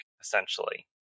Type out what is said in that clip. essentially